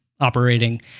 operating